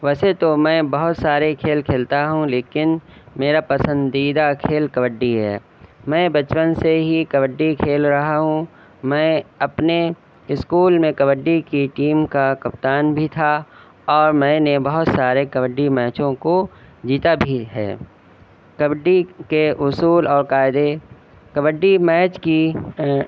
ویسے تو میں بہت سارے کھیل کھیلتا ہوں لیکن میرا پسندیدہ کھیل کبڈی ہے میں بچپن سے ہی کبڈی کھیل رہا ہوں میں اپنے اسکول میں کبڈی کی ٹیم کا کپتان بھی تھا اور میں نے بہت سارے کبڈی میچوں کو جیتا بھی ہے کبڈی کے اصول اور قاعدے کبڈی میچ کی